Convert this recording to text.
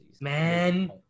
Man